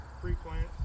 pre-plant